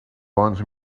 wants